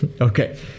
Okay